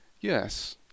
Yes